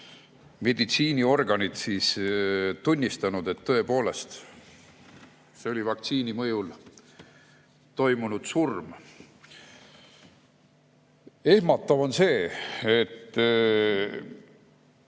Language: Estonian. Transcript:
meditsiiniorganid tunnistanud, et tõepoolest see oli vaktsiini mõjul toimunud surm. Ehmatav on see, et